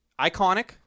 iconic